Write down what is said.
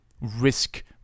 risk